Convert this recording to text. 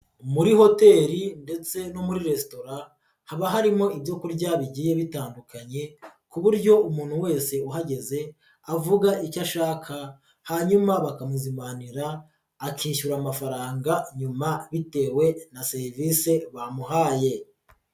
Muri hoteli ndetse no muri resitora haba harimo ibyo kurya bigiye bitandukanye ku buryo umuntu wese uhageze avuga icyo ashaka hanyuma bakamuzimanira akishyura amafaranga nyuma bitewe na serivise bamuhaye.